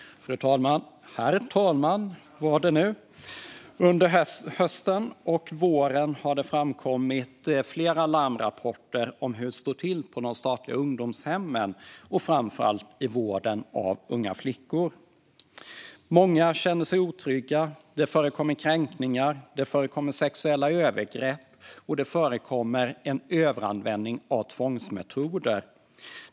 Herr talman! Under hösten och våren har det kommit flera larmrapporter om hur det står till på de statliga ungdomshemmen och framför allt i vården av unga flickor. Många känner sig otrygga, det förekommer kränkningar, det förekommer sexuella övergrepp och det förekommer en överanvändning av tvångsmetoder.